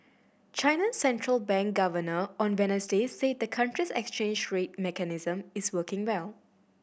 China central bank governor on Wednesday said the country's exchange rate mechanism is working well